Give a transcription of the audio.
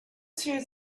through